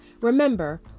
Remember